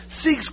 six